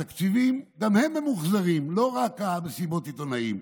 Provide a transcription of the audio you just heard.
התקציבים גם הם ממוחזרים, לא רק מסיבות העיתונאים,